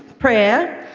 prayer,